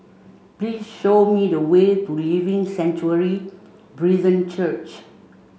please show me the way to Living Sanctuary Brethren Church